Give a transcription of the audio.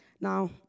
Now